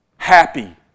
Happy